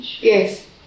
yes